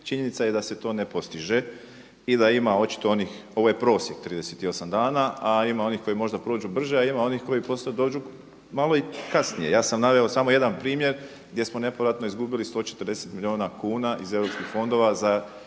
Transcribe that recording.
činjenica je da se to ne postiže i da ima očito onih – ovo je prosjek 38 dana – a ima onih koji možda prođu brže, a ima onih koji poslije dođu malo i kasnije. Ja sam naveo samo jedan primjer gdje smo nepovratno izgubili 140 milijuna kuna iz europskih fondova za